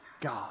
God